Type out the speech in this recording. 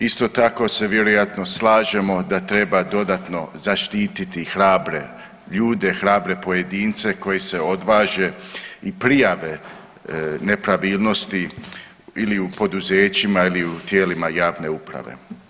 Isto tako se vjerojatno slažemo da treba dodatno zaštititi hrabre ljude, hrabre pojedince koji se odvaže i prijave nepravilnosti ili u poduzećima ili u tijelima javne uprave.